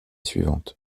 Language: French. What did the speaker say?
suivante